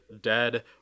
dead